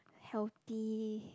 healthy